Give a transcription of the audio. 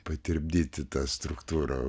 patirpdyti ta struktūra